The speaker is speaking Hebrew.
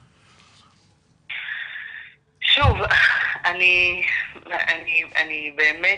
שוב, אני באמת